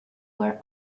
where